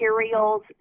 materials